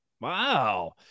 wow